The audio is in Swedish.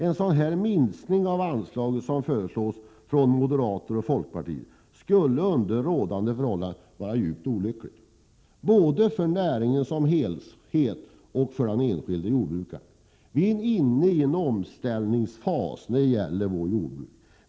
En sådan minskning av anslaget som föreslås av moderaterna och folkpartiet skulle under rådande förhållanden vara djupt olycklig både för näringen som helhet och för den enskilde jordbrukaren. Jordbruket är inne i en omställningsfas.